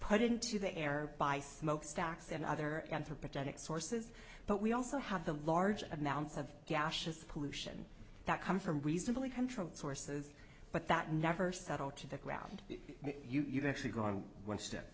put into the air by smokestacks and other anthropogenic sources but we also have the large amounts of gashes pollution that come from reasonably controlled sources but that never settle to the ground you've actually gone one step